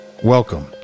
welcome